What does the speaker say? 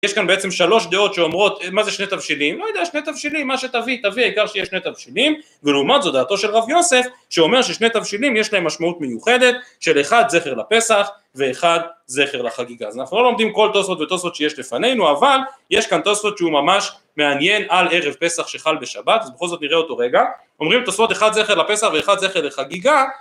יש כאן בעצם שלוש דעות שאומרות מה זה שני תבשילים, לא יודע, שני תבשילים, מה שתביא תביא, העיקר שיש שני תבשילים. ולעומת זאת, דעתו של רב יוסף, שאומר ששני תבשילים יש להם משמעות מיוחדת, של אחד זכר לפסח, ואחד זכר לחגיגה. אז אנחנו לא לומדים כל תוספות ותוספות שיש לפנינו, אבל יש כאן תוספות שהוא ממש מעניין על ערב פסח שחל בשב, ת אז בכל זאת נראה אותו רגע, אומרים תוספות אחד זכר לפסח ואחד זכר לחגיגה